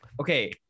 okay